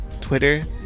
Twitter